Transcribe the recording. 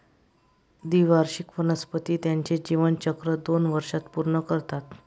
द्विवार्षिक वनस्पती त्यांचे जीवनचक्र दोन वर्षांत पूर्ण करतात